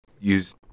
Use